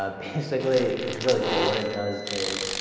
ah basically it's really cool. what it does is